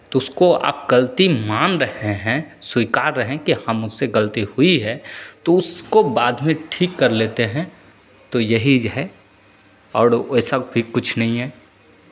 तो उसको आप गलती मान रहे हैं स्वीकार रहे हैं कि हाँ मुझसे गलती हुई है तो उसको बाद में ठीक कर लेते हैं तो यही है और वैसा भी कुछ नहीं है